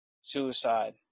suicide